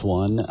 one